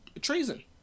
Treason